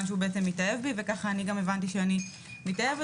שהוא התאהב בי וכך אני הבנתי שאני מתאהבת.